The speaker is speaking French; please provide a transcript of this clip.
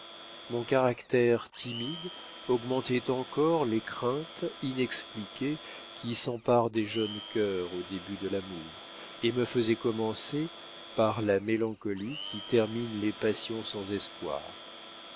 mon caractère timide augmentait encore les craintes inexpliquées qui s'emparent des jeunes cœurs au début de l'amour et me faisait commencer par la mélancolie qui termine les passions sans espoir